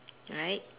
right